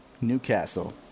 Newcastle